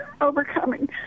overcoming